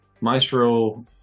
Maestro